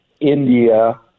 India